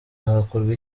hakorwa